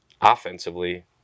Offensively